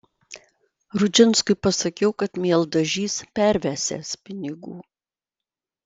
rudžinskui pasakiau kad mieldažys pervesiąs pinigų